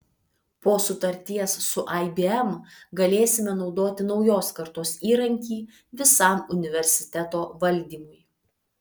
po sutarties su ibm galėsime naudoti naujos kartos įrankį visam universiteto valdymui